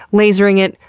lasering it,